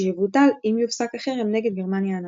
שיבוטל אם יופסק החרם נגד גרמניה הנאצית.